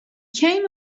came